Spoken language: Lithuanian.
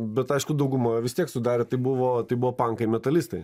bet aišku dauguma vis tiek sudarė tai buvo tai buvo pankai metalistai